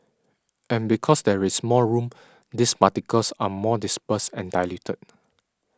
and because there is more room these particles are more dispersed and diluted